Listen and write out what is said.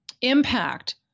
impact